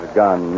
gun